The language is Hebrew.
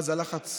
ואז הלחץ